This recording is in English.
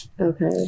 Okay